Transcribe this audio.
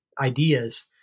ideas